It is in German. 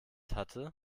hatte